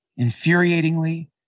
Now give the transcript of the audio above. infuriatingly